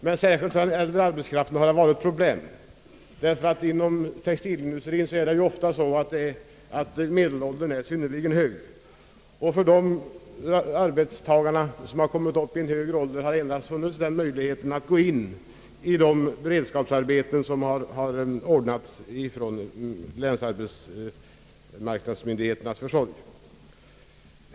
Men särskilt för den äldre arbetskraften har det varit problem, därför att inom textilindustrien är medelåldern synnerligen hög. Och för de arbetstagare som kommit upp i en hög ålder har det endast funnits den möjligheten att gå in i de beredskapsarbeten, som ordnats genom länsarbetsmarknadsmyndigheternas försorg.